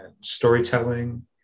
storytelling